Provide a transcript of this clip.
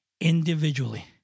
individually